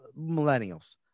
millennials